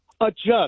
Adjust